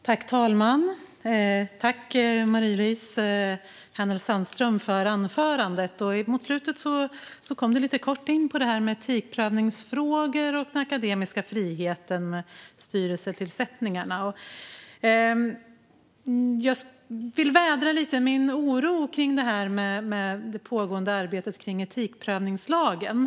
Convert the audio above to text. Herr talman! Tack för anförandet, Marie-Louise Hänel Sandström! Mot slutet av det kom du lite kort in på detta med etikprövningsfrågor och den akademiska friheten med styrelsetillsättningarna. Jag vill lite grann vädra min oro kring det pågående arbetet kring etikprövningslagen.